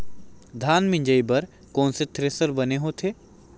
धान मिंजई बर कोन से थ्रेसर बने होथे?